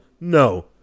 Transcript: No